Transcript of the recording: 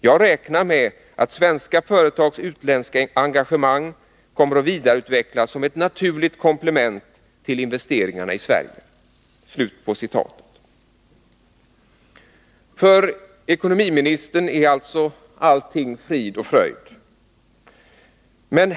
Jag räknar med att svenska företags utländska engagemang kommer att vidareutvecklas, som ett naturligt komplement till investeringarna i Sverige.” För ekonomiministern är alltså allting frid och fröjd.